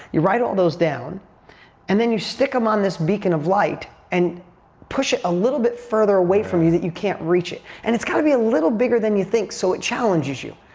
you write all those down and then you stick them on this beacon of light and push it a little bit further away from you that you can't reach it. and it's got to be a little bigger than you think so it challenges you.